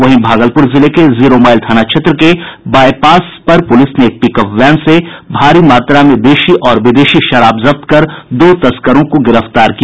वहीं भागलपुर जिले में जीरोमाइल थाना क्षेत्र के बाईपास पर पूलिस ने एक पिकअप वैन से भारी मात्रा में देशी और विदेशी शराब जब्त कर दो तस्करों को गिरफ्तार किया